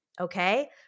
Okay